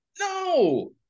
No